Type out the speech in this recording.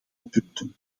punten